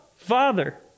Father